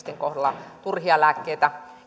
ihmisten kohdalla turhia lääkkeitä